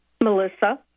Melissa